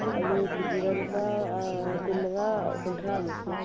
ꯑꯥꯂꯨ ꯀꯦꯖꯤꯗ ꯂꯨꯄꯥ ꯀꯨꯟꯃꯉꯥ ꯀꯨꯟꯊ꯭ꯔꯥꯃꯨꯛ ꯄꯤ